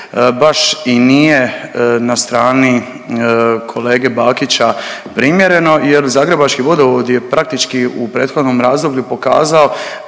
baš i nije na strani kolege Bakića primjereno jer zagrebački vodovod je praktički u prethodnom razdoblju pokazao